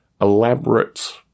elaborate